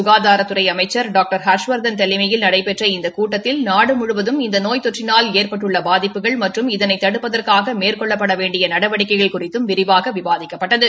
க்கதாரத்துறை அமைச்ச் டாக்டர் ஹர்ஷவர்தன் தலைமையில் நடைபெற்ற இந்த கூட்டத்தில் நாடு முழுவதும் இந்த நோய் தொற்றினால் ஏற்பட்டுள்ள பாதிப்புகள் மற்றும் இதனை தடுப்பதற்காக மேற்கொள்ளப்பட வேண்டிய நடவடிக்கைகள் குறித்தும் விரிவாக விவாதிக்கப்பட்டது